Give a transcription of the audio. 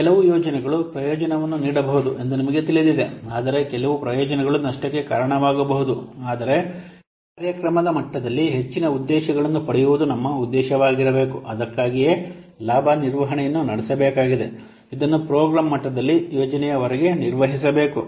ಕೆಲವು ಯೋಜನೆಗಳು ಪ್ರಯೋಜನವನ್ನು ನೀಡಬಹುದು ಎಂದು ನಿಮಗೆ ತಿಳಿದಿದೆ ಆದರೆ ಕೆಲವು ಪ್ರಯೋಜನಗಳು ನಷ್ಟಕ್ಕೆ ಕಾರಣವಾಗಬಹುದು ಆದರೆ ಕಾರ್ಯಕ್ರಮದ ಮಟ್ಟದಲ್ಲಿ ಹೆಚ್ಚಿನ ಉದ್ದೇಶಗಳನ್ನು ಪಡೆಯುವುದು ನಮ್ಮ ಉದ್ದೇಶವಾಗಿರಬೇಕು ಅದಕ್ಕಾಗಿಯೇ ಲಾಭ ನಿರ್ವಹಣೆಯನ್ನು ನಡೆಸಬೇಕಾಗಿದೆ ಇದನ್ನು ಪ್ರೋಗ್ರಾಂ ಮಟ್ಟದಲ್ಲಿ ಯೋಜನೆಯ ಹೊರಗೆ ನಿರ್ವಹಿಸಬೇಕು